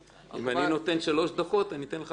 אם אני נותן שלוש דקות, אתן לך חמש דקות.